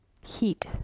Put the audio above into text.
heat